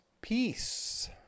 peace